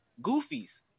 goofies